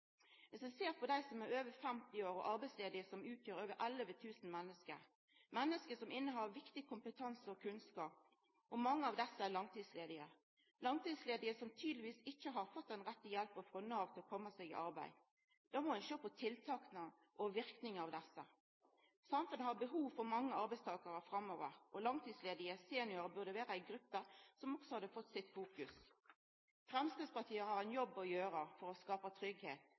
Viss ein ser på dei som er over 50 år og arbeidsledige, så utgjer dei over 11 000 menneske. Dette er menneske som har viktig kompetanse og kunnskap, og mange av desse er langtidsledige – langtidsledige som etter alt å dømma ikkje har fått den rette hjelpa frå Nav til å komma seg i arbeid. Da må ein sjå på tiltaka og verknaden av desse. Samfunnet har behov for mange arbeidstakarar framover, og langtidsledige seniorar burde vera ei gruppe som også hadde fått sitt fokus. Framstegspartiet har ein jobb å gjera for å skapa